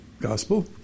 Gospel